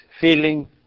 feeling